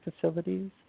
facilities